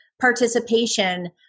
participation